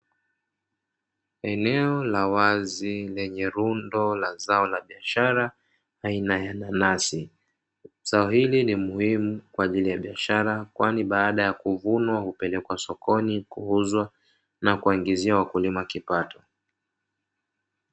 Eneo la wazi lenye rundo la zao la biashara aina ya nanasi, zao hili ni muhimu kwa ajili ya biashara kwani baada ya kuvunwa hupelekwa sokoni kuuzwa na kuwaingizia wakulima kipato.